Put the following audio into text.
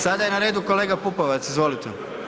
Sada je na redu kolega Pupovac, izvolite.